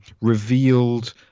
revealed